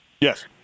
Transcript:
Yes